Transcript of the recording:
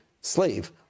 slave